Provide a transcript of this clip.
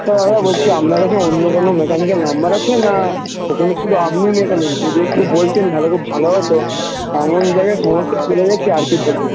তা দাদা বলছি আপনার কাছে অন্য কোনো মেকানিকের নম্বর আছে না এখানে শুদু আপনিই মেকানিক যদি একটু বলতেন তাহলে খুব ভালো হতো এমন জায়গায় সমস্যায় পড়ে গেছি আর কী বলবো